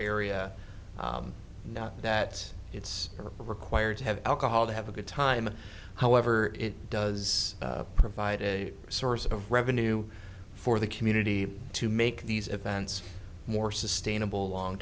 area not that it's required to have alcohol to have a good time however it does provide a source of revenue for the community to make these events more sustainable long